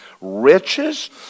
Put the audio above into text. riches